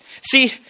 See